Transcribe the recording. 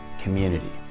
community